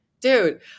dude